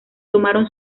tomaron